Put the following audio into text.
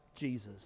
Jesus